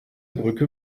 brücke